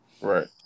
Right